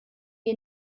wir